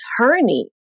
attorney